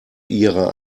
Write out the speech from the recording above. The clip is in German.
ihrer